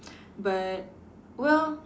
but well